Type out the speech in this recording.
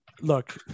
look